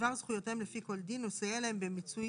בדבר זכויותיהם לפי כל דין ולסייע להם במיצוי